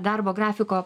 darbo grafiko